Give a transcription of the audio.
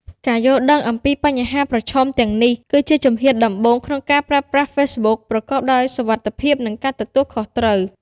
ការយល់ដឹងអំពីបញ្ហាប្រឈមទាំងនេះ គឺជាជំហានដំបូងក្នុងការប្រើប្រាស់ Facebook ប្រកបដោយសុវត្ថិភាព និងការទទួលខុសត្រូវ។